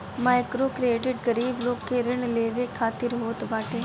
microcredit गरीब लोग के ऋण लेवे खातिर होत बाटे